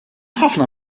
ħafna